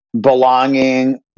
belonging